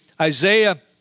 Isaiah